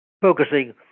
focusing